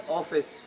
office